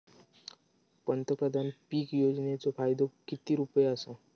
पंतप्रधान पीक योजनेचो फायदो किती रुपये आसा?